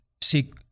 seek